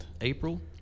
April